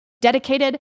dedicated